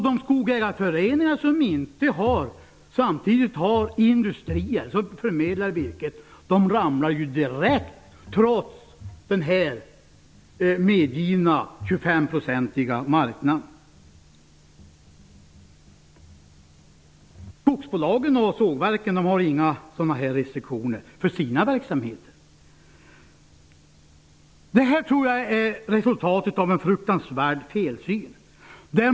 De skogägarföreningar som inte samtidigt har industrier som förmedlar virket ramlar direkt, trots den medgivna 25-procentiga marknaden. Skogsbolagen och sågverken har inga sådana restriktioner för sina verksamheter. Jag tror att det här är resultatet av en fruktansvärd felsyn.